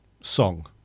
song